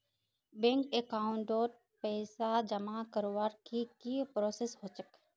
Bank account में पैसा जमा करवार की की प्रोसेस होचे?